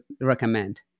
recommend